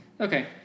Okay